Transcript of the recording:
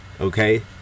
Okay